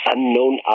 Unknown